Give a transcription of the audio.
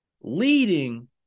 leading